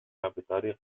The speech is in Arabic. بطريقة